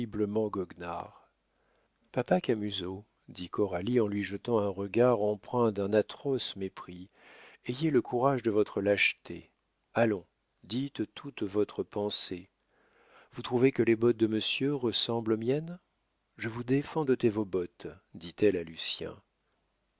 goguenard papa camusot dit coralie en lui jetant un regard empreint d'un atroce mépris ayez le courage de votre lâcheté allons dites toute votre pensée vous trouvez que les bottes de monsieur ressemblent aux miennes je vous défends d'ôter vos bottes dit-elle à